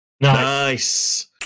nice